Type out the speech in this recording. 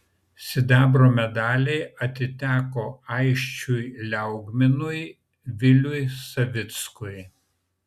sidabro medaliai atiteko aisčiui liaugminui viliui savickui